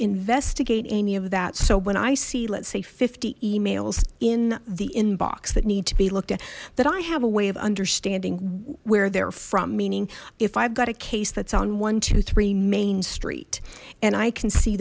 investigate any of that so when i see let's say fifty emails in the inbox that need to be looked at that i have a way of understanding where they're from meaning if i've got a case that's on one two three main street and i can see